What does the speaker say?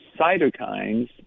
cytokines